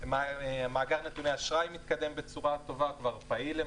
מאגר נתוני אשראי מתקדם בצורה טובה וכבר פעיל.